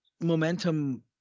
momentum